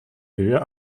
höher